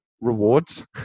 rewards